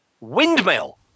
windmill